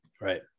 Right